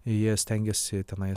jie stengiasi tenais